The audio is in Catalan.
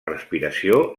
respiració